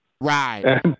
Right